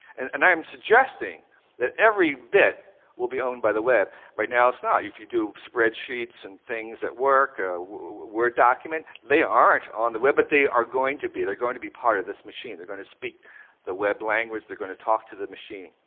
and and i am suggesting that every bit will be owned by the web. right now, it's not. if you do spreadsheets and things at work, a word document, they aren't on the web, but they are going to be. they're going to be part of this machine. they're going to speak the web language. they're going to talk to the machine.